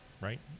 right